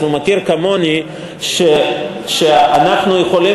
אז הוא מכיר כמוני שאנחנו יכולים